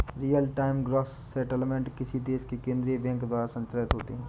real time gross settlement किसी देश के केन्द्रीय बैंक द्वारा संचालित होते हैं